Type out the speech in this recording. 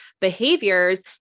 behaviors